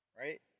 right